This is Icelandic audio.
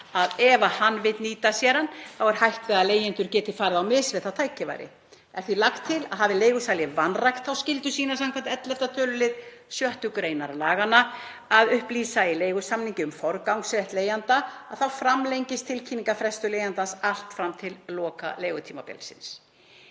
út ef hann vill nýta sér hann er hætt við að leigjendur geti farið á mis við það tækifæri. Er því lagt til að hafi leigusali vanrækt þá skyldu sína skv. 11. tölul. 6. gr. laganna að upplýsa í leigusamningi um forgangsrétt leigjanda þá framlengist tilkynningarfrestur leigjanda allt fram til loka leigutímans.